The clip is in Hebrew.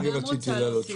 גם אני רציתי להעלות שאלה.